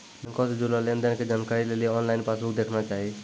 बैंको से जुड़लो लेन देनो के जानकारी लेली आनलाइन पासबुक देखना चाही